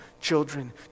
children